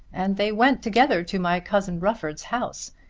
and they went together to my cousin rufford's house.